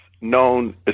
known